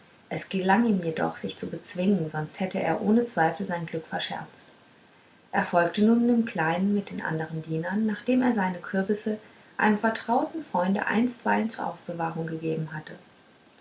es gelang ihm jedoch sich zu bezwingen sonst hätte er ohne zweifel sein glück verscherzt er folgte nun dem kleinen mit den andern dienern nachdem er seine kürbisse einem vertrauten freunde einstweilen zur aufbewahrung gegeben hatte